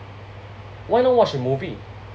why not watch a movie